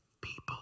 people